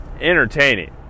entertaining